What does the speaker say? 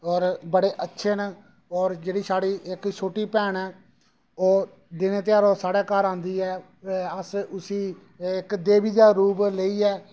और बड़े अच्छे न और जेह्ड़ी साढी छोटी भैन ऐ ओह् दिनें तेहार साढ़े घर औंदी ऐ अस उसी इक देवी दा रूप लेइयै